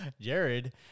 Jared